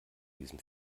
diesem